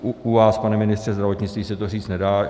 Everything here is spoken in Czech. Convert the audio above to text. U vás, pane ministře zdravotnictví, se to říct nedá.